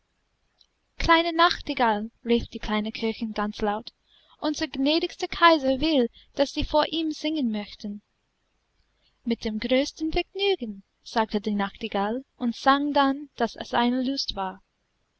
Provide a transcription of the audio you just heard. kleine nachtigall rief die kleine köchin ganz laut unser gnädigster kaiser will daß sie vor ihm singen möchten mit dem größten vergnügen sagte die nachtigall und sang dann daß es eine lust war